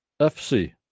FC